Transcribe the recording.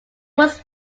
was